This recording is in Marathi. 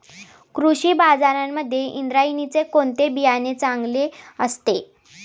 कृषी बाजारांमध्ये इंद्रायणीचे कोणते बियाणे चांगले असते?